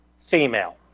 female